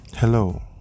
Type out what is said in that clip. Hello